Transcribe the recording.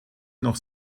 noch